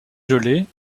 gelée